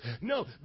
No